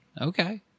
okay